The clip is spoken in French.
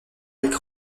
eric